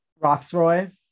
Roxroy